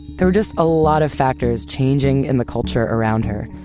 there were just a lot of factors changing in the culture around her.